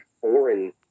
foreign